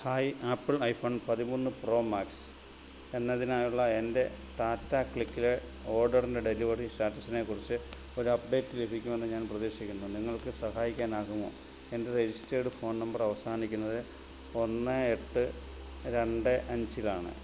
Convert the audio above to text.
hi Apple iPhone പതിമൂന്ന് Pro Max എന്നതിനായുള്ള എൻ്റെ ടാറ്റ ക്ലിക്കിലെ ഓർഡറിൻ്റെ ഡെലിവറി സ്റ്റാറ്റസിനെക്കുറിച്ച് ഒരു അപ്ഡേറ്റ് ലഭിക്കുമെന്ന് ഞാൻ പ്രതീക്ഷിക്കുന്നു നിങ്ങൾക്ക് സഹായിക്കാനാകുമോ എൻ്റെ രജിസ്റ്റേർഡ് ഫോൺ നമ്പർ അവസാനിക്കുന്നത് ഒന്ന് എട്ട് രണ്ട് അഞ്ചിലാണ്